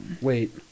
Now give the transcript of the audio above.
Wait